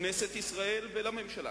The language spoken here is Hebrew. לכנסת ישראל ולממשלה